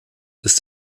ist